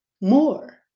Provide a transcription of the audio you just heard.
more